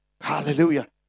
hallelujah